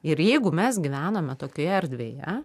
ir jeigu mes gyvename tokioje erdvėje